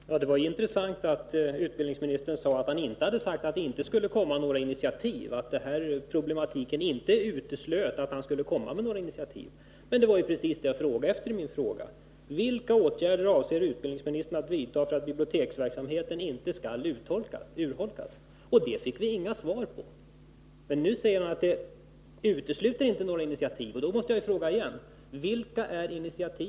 Herr talman! Det var intressant att höra utbildningsministern säga att han inte sagt att det inte skulle komma några initiativ och att denna problematik inte uteslöt att han skulle ta några initiativ. Men det var ju precis det jag frågade om: Vilka åtgärder avser utbildningsministern att vidta för att biblioteksverksamheten inte skall urholkas? Men det fick jag inget svar på. Men nu säger utbildningsministern att initiativ inte är uteslutna. Då måste jag fråga igen: Vilka är dessa initiativ?